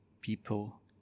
people